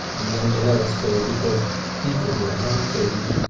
and none the less so because he could not help things.